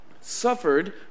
suffered